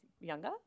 younger